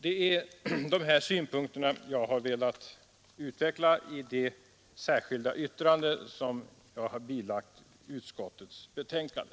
Det är detta jag har velat påtala i mitt särskilda yttrande.